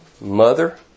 mother